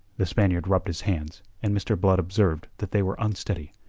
the spaniard rubbed his hands, and mr. blood observed that they were unsteady.